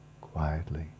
quietly